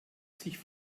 sich